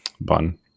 Bun